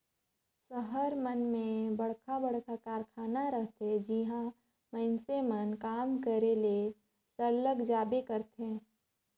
सहर मन में बड़खा बड़खा कारखाना रहथे जिहां मइनसे मन काम करे ले सरलग जाबे करथे